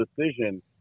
decision